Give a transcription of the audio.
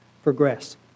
progress